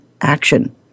action